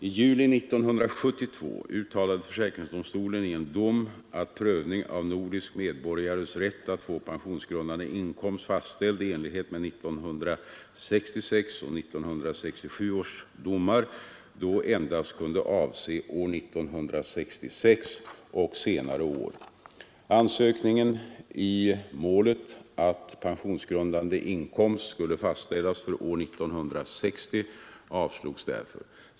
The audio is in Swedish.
I juli 1972 uttalade försäkringsdomstolen i en dom att prövning av nordisk medborgares rätt att få pensionsgrundande inkomst fastställd i enlighet med 1966 och 1967 års domar då endast kunde avse år 1966 och senare år. Ansökningen i målet att pensionsgrundande inkomst skulle fastställas för år 1960 avslogs därför.